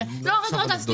לא לא --- רגע רגע,